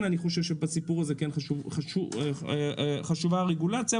אני חושב שבסיפור הזה חשובה הרגולציה,